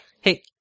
Hey